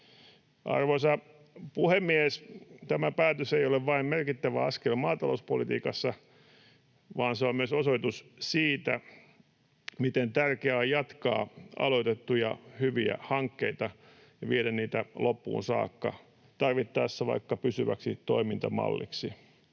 Arvoisa puhemies! Tämä päätös ei ole vain merkittävä askel maatalouspolitiikassa, vaan se on myös osoitus siitä, miten tärkeää on jatkaa aloitettuja hyviä hankkeita ja viedä niitä loppuun saakka, tarvittaessa vaikka pysyväksi toimintamalliksi.